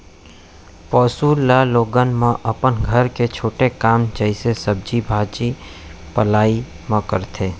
पौंसुल ल लोगन मन अपन घर के छोटे काम जइसे सब्जी भाजी पउलई म करथे